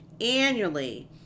annually